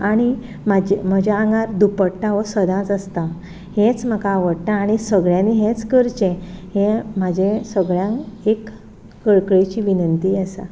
आनी म्हजे म्हज्या आंगार दुपट्टा हो सदांच आसता हेंच म्हाका आवडटा आनी सगळ्यांनीं हेंच करचें हें म्हजें सगळ्यांक एक कळकळेची विनंती आसा